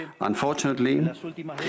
Unfortunately